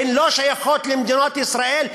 הן לא שייכות למדינת ישראל,